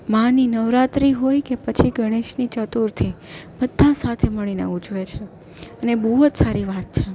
માની નવરાત્રી હોય કે પછી ગણેશની ચતુર્થી બધા સાથે મળીને ઉજવે છે અને બહુ જ સારી વાત છે